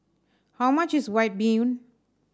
how much is White Bee Hoon